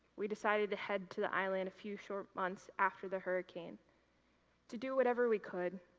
we decided to head to the island a few short months after the hurricane to do whatever we could.